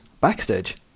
backstage